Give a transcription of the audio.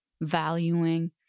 valuing